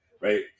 Right